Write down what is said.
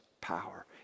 power